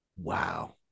wow